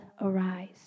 arise